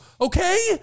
okay